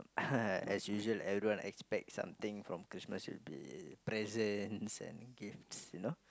as usual everyone expect something from Christmas will be presents and gifts you know